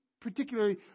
particularly